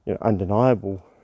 undeniable